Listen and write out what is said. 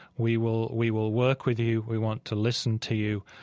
we will we will work with you. we want to listen to you.